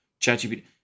ChatGPT